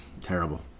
Terrible